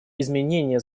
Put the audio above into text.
изменения